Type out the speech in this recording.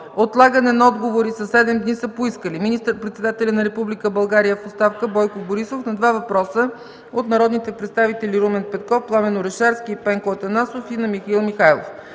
отлагане на отговори със седем дни са поискали: - министър-председателят на Република България в оставка Бойко Борисов – на два въпроса от народните представители Румен Петков, Пламен Орешарски и Пенко Атанасов, и Михаил Михайлов;